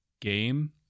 game